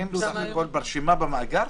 220 בסך הכול ברשימה במאגר?